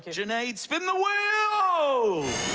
junaid, spin the wheel! so